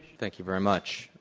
thank you very much.